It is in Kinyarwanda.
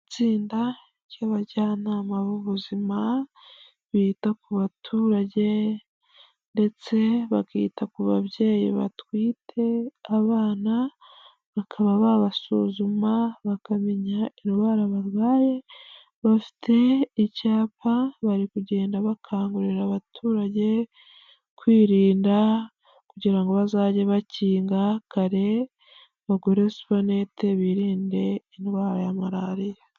Itsinda ry'abajyanama b'ubuzima, bita ku baturage ndetse bakita ku babyeyi batwite abana, bakaba babasuzuma bakamenya indwara barwaye, bafite icyapa bari kugenda bakangurira abaturage kwirinda kugira ngo bazajye bakinga kare, bagure supanete birinde indwara ya maraliya.